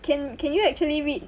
can can you actually read